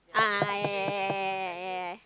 a'ah yeah yeah yeah yeah yeah yeah yeah yeah